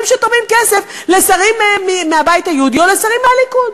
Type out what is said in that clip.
שתורמים כסף לשרים מהבית היהודי או לשרים מהליכוד.